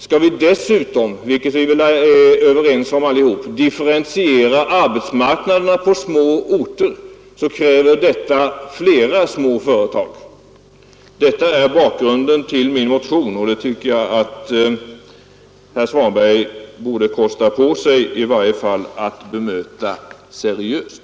Skall vi dessutom, vilket vi väl är överens om, differentiera arbetsmarknaderna på små orter, krävs flera små företag. Detta är bakgrunden till min motion, och det tycker jag herr Svanberg borde ha kostat på sig att bemöta seriöst.